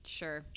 sure